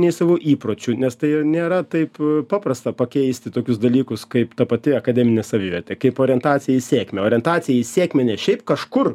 nei savo įpročių nes tai nėra taip paprasta pakeisti tokius dalykus kaip ta pati akademinė savivertė kaip orientacija į sėkmę orientacija į sėkmę ne šiaip kažkur